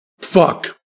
fuck